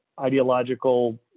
ideological